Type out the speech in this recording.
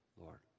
Lord